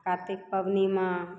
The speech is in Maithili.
कातिक पबनीमे